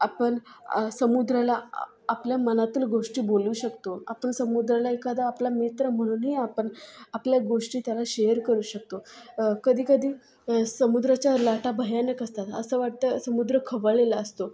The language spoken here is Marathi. आपण समुद्राला आपल्या मनातील गोष्टी बोलू शकतो आपण समुद्राला एखादा आपला मित्र म्हणूनही आपण आपल्या गोष्टी त्याला शेअर करू शकतो कधी कधी समुद्राच्या लाटा भयानक असतात असं वाटतं समुद्र खवळलेला असतो